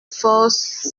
force